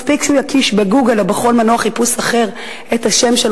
מספיק שהוא יקיש ב"גוגל" או בכל מנוע חיפוש אחר את השם של